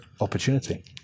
opportunity